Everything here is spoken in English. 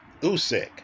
Usyk